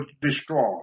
destroyed